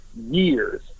years